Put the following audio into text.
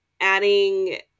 adding